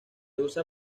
usa